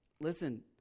listen